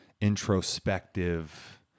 introspective